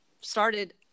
started